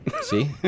See